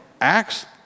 Acts